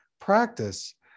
practice